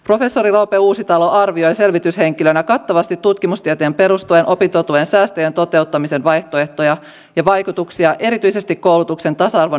professori roope uusitalo arvioi selvityshenkilönä kattavasti tutkimustietoihin perustuen opintotuen säästöjen toteuttamisen vaihtoehtoja ja vaikutuksia erityisesti koulutuksen tasa arvon näkökulmasta